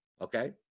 Okay